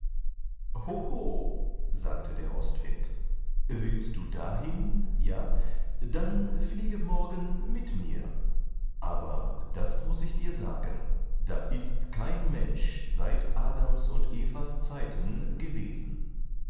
sagte der ostwind willst du dahin ja dann fliege morgen mit mir aber das muß ich dir sagen da ist kein mensch seit adams und evas zeiten gewesen